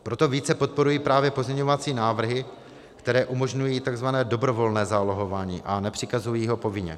Proto více podporuji právě pozměňovací návrhy, které umožňují tzv. dobrovolné zálohování a nepřikazují ho povinně.